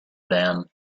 van